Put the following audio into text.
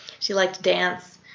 she liked to dance.